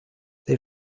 they